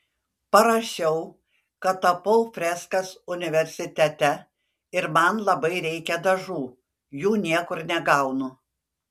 parašiau kad tapau freskas universitete ir man labai reikia dažų jų niekur negaunu